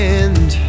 end